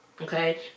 okay